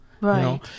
Right